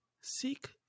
Seek